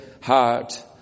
heart